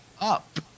up